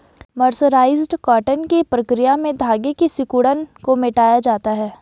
mercerised cotton की प्रक्रिया में धागे की सिकुड़न को मिटाया जाता है